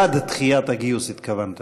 התכוונת: בעד דחיית הגיוס.